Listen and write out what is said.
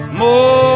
more